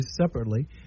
separately